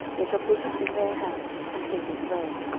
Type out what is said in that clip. they shall put it in their hand, and take it away.